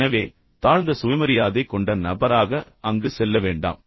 எனவே தாழ்ந்த சுயமரியாதை கொண்ட நபராக அங்கு செல்ல வேண்டாம்